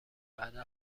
بعد